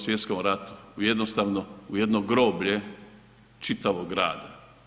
Svjetskom ratu, jednostavno u jedno groblje čitavog grada.